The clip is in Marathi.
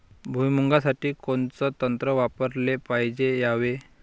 भुइमुगा साठी कोनचं तंत्र वापराले पायजे यावे?